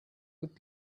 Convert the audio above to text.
could